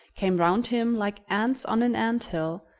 came round him like ants on an ant-hill,